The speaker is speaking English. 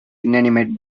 inanimate